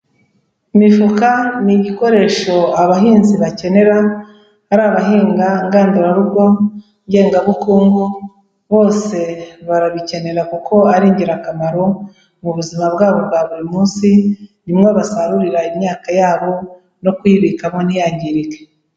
Imifuka ni igikoresho abahinzi bakenera, ari abahinga ngandurarugo, ngengabukungu, bose barabikenera kuko ari ingirakamaro mu buzima bwabo bwa buri munsi, ni mo basarurira imyaka yabo no kuyibikamo ntiyangirike.